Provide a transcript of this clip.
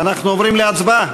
ואנחנו עוברים להצבעה.